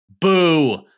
Boo